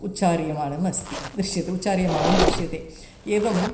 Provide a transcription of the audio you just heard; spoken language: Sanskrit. उच्चार्यमाणमस्ति दृश्यते उच्चार्यमाणं दृश्यते एवम्